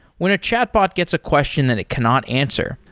when a chatbot gets a question that it cannot answer,